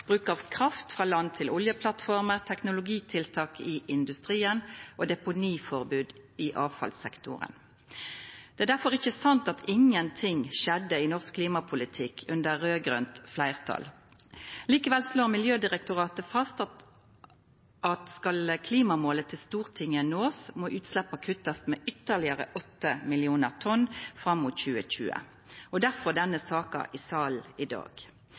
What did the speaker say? bruk av kraft frå land til oljeplattformer, teknologitiltak i industrien og deponiforbod i avfallssektoren. Det er difor ikkje sant at ingenting skjedde i norsk klimapolitikk under raud-grønt fleirtal. Likevel slår Miljødirektoratet fast at skal klimamålet til Stortinget nåast, må utsleppa kuttast med ytterlegare 8 millionar tonn fram mot 2020 – difor denne saka i salen i dag.